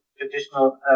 traditional